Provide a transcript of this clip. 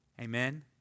Amen